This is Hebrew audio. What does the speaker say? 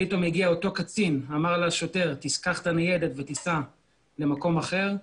פתאום הגיע אותו קצין ואמר לשוטר: קח את הניידת וסע למקום אחר.